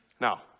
Now